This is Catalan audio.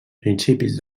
principis